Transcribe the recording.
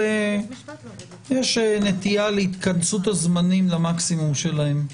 יש נטייה להתכנסות הזמנים למקסימום שלהם,